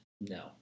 No